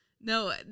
No